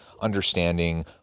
understanding